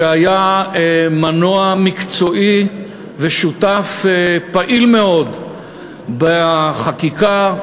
שהיה מנוע מקצועי ושותף פעיל מאוד בחקיקה,